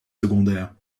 secondaires